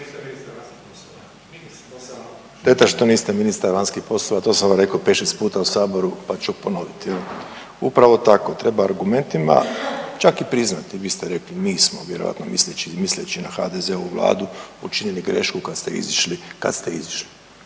što niste ministar vanjskih poslova, to sam rekao 5-6 puta u saboru, pa ću ponovit jel. Upravo tako, treba argumentima čak i priznati, vi ste rekli mi smo, vjerojatno misleći, misleći na HDZ-ovu Vladu učinili grešku kad ste izišli, kad ste izišli,